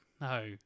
No